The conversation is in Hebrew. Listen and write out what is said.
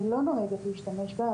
אני לא נוהגת להשתמש בה,